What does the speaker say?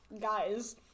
Guys